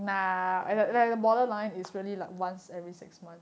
okay